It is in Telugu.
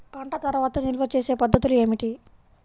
పంట తర్వాత నిల్వ చేసే పద్ధతులు ఏమిటి?